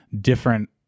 different